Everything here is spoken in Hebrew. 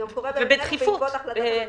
זה קורה --- בעקבות החלטת הממשלה,